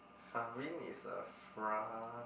Avene is a fra~